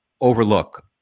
overlook